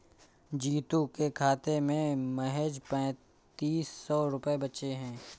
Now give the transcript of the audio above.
जीतू के खाते में महज पैंतीस सौ रुपए बचे हैं